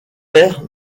airs